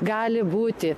gali būti